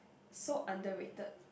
so underrated